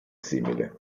simile